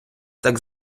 так